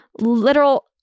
literal